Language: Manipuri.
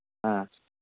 ꯑ